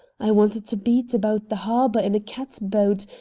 i wanted to beat about the harbor in a catboat,